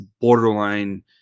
borderline